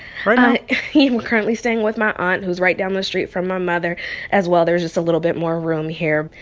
i am currently staying with my aunt, who's right down the the street from my mother as well. there's just a little bit more room here.